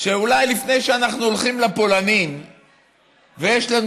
שלפני שאנחנו הולכים לפולנים ויש לנו